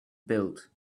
built